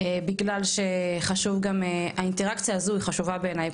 בגלל שחשוב גם האינטראקציה הזו היא חשובה בעיני,